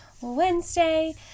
Wednesday